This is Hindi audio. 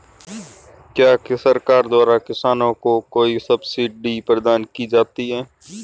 क्या सरकार द्वारा किसानों को कोई सब्सिडी प्रदान की जाती है?